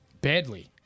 badly